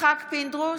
יצחק פינדרוס,